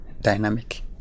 dynamic